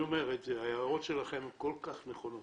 ההערות שלכם כל כך נכונות,